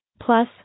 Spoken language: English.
Plus